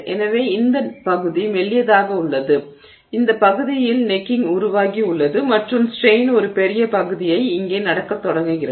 எனவே இந்த பகுதி மெல்லியதாக உள்ளது எனவே இந்த பகுதியில் கழுத்து உருவாகியுள்ளது மற்றும் ஸ்ட்ரெய்ன் ஒரு பெரிய பகுதியை இங்கே நடக்கத் தொடங்குகிறது